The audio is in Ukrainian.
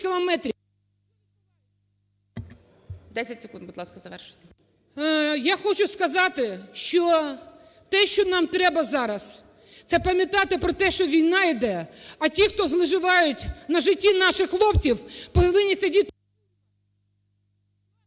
Я хочу сказати, що те, що нам треба зараз, це пам'ятати про те, що війна йде. А ті, хто зловживають на житті наших хлопців, повинні сидіти…